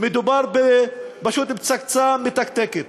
מדובר פשוט בפצצה מתקתקת,